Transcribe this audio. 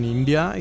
India